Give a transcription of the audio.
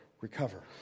recover